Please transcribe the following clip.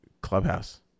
Clubhouse